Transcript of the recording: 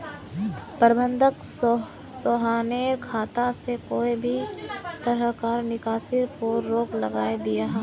प्रबंधक सोहानेर खाता से कोए भी तरह्कार निकासीर पोर रोक लगायें दियाहा